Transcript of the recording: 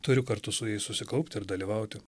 turiu kartu su jais susikaupti ir dalyvauti